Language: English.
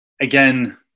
Again